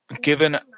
given